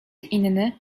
inny